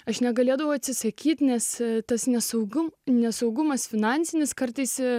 aš negalėdavau atsisakyti nes tas nesaugu nesaugumas finansinis kartais